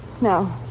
No